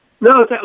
No